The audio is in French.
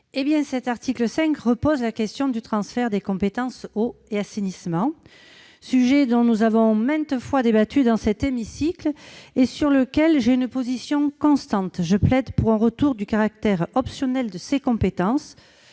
Cet article repose la question du transfert des compétences eau et assainissement, dont nous avons maintes fois débattu dans cet hémicycle et sur laquelle ma position est constante. Je plaide pour un retour au caractère optionnel de ces compétences,